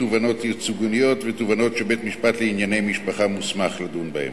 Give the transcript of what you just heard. תובענות ייצוגיות ותובענות שבית-משפט לענייני משפחה מוסמך לדון בהן.